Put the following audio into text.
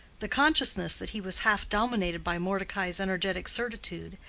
the consciousness that he was half dominated by mordecai's energetic certitude,